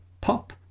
pop